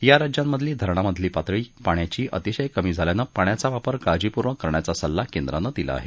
या राज्यांमधे धरणांमधली पाण्याची पातळी अतिशय कमी झाल्याने पाण्याचा वापर काळजीपूर्वक करण्याचा सल्ला केंद्राने दिला आहे